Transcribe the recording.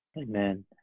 Amen